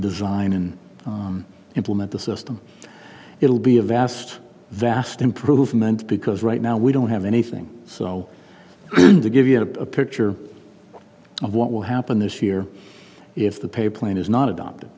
design and implement the system it will be a vast vast improvement because right now we don't have anything so to give you a picture of what will happen this year if the pay plan is not adopted